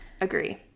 Agree